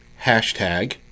Hashtag –